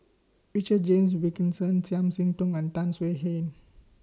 Richard James Wilkinson Chiam See Tong and Tan Swie Hian